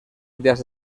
ideas